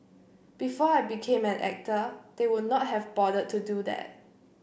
before I became an actor they would not have bothered to do that